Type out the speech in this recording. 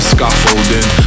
scaffolding